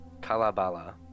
Kalabala